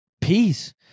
peace